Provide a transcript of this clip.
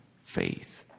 faith